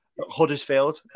Huddersfield